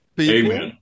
amen